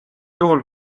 juhul